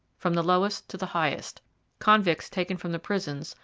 from the lowest to the highest convicts taken from the prisons,